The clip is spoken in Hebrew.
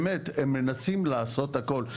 באמת, הם מנסים לעשות הכול.